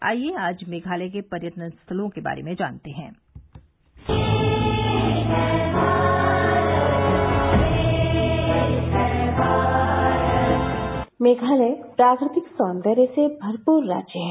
आइए आज मेघालय के पर्यटन स्थलों के बारे में जानते हैं मेघालय प्राकृतिक सौंदर्य से भरपूर राज्य है